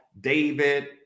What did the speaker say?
David